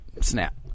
snap